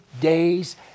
days